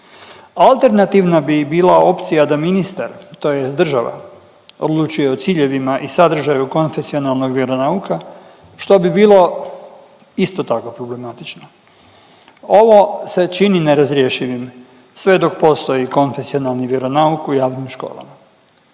Alternativna bi bila opcija da ministar tj. država odlučuje o ciljevima i sadržaju konvencionalnog vjeronauka, što bi bilo isto tako problematično. Ovo se čini nerazrješivim sve dok postoji konvencionalni vjeronauk u javnim školama.